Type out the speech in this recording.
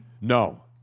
No